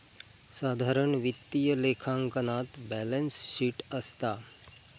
साधारण वित्तीय लेखांकनात बॅलेंस शीट असता